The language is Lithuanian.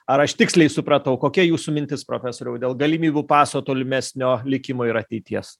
ar aš tiksliai supratau kokia jūsų mintis profesoriau dėl galimybių paso tolimesnio likimo ir ateities